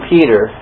Peter